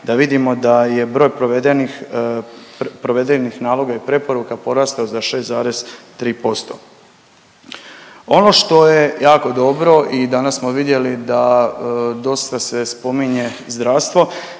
da vidimo da je broj provedenih naloga i preporuka porastao za 6,3%. Ono što je jako dobro i danas smo vidjeli da dosta se spominje zdravstvo,